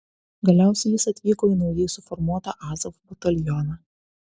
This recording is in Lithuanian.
galiausiai jis atvyko į naujai suformuotą azov batalioną